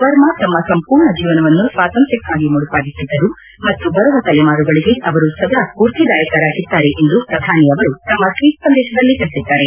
ವರ್ಮ ತಮ್ಮ ಸಂಪೂರ್ಣ ಜೀವನವನ್ನು ಸ್ವಾತಂತ್ರ್ಕಕ್ಕಾಗಿ ಮುಡಿಪಾಗಿಟ್ಟಿದ್ದರು ಮತ್ತು ಬರುವ ತಲೆಮಾರುಗಳಿಗೆ ಅವರು ಸದಾ ಸ್ಪೂರ್ತಿದಾಯಕರಾಗಿದ್ದಾರೆ ಎಂದು ಪ್ರಧಾನಿ ಅವರು ತಮ್ನ ಟ್ವೀಟ್ ಸಂದೇಶದಲ್ಲಿ ತಿಳಿಸಿದ್ದಾರೆ